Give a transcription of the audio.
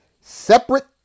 Separate